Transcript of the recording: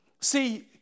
See